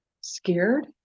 scared